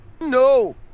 No